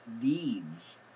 deeds